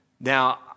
Now